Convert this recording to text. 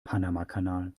panamakanal